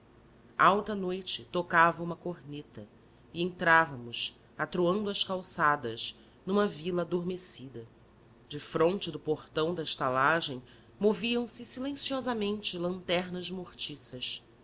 alta noite tocava uma cometa e entrávamos atroando as calçadas numa vila adormecida defronte do portão da estalagem moviam-se silenciosamente lanternas mortiças